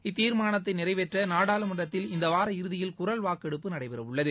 இத்தீர்மானத்தை நிறைவேற்ற நாடாளுமன்றத்தில் இந்த வார இறுதியில் குரல் வாக்கெடுப்பு நடைபெறவுள்ளது